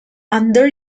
under